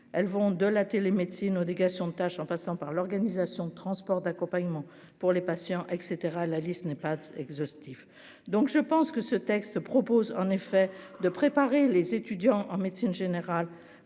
elles vont de la télémédecine aux dégâts sont tâches en passant par l'organisation de transport d'accompagnement pour les patients, et cetera, la liste n'est pas exhaustif, donc je pense que ce texte propose en effet de préparer les étudiants en médecine générale